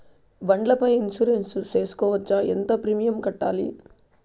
బండ్ల పై ఇన్సూరెన్సు సేసుకోవచ్చా? ఎంత ప్రీమియం కట్టాలి?